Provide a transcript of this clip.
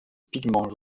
pigments